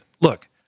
look